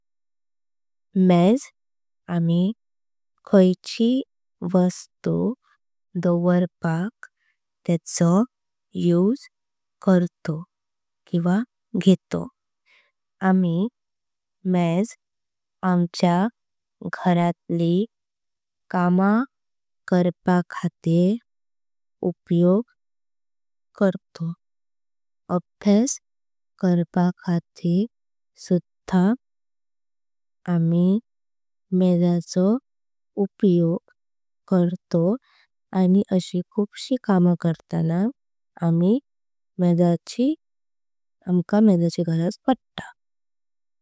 मेझ आम्ही खायची वस्तु दोवारपाचो तेंचो युज करतो। आम्ही मेझ आमच्य घरातली कामा करपाक खातिर। उपयोग करतो अभ्यास करपाक खातिर सुध्दा आम्ही। मेझाचो उपयोग करतो आणी अशी खूपशी कामा। करताना आमका मेझाची गरज पडता।